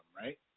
right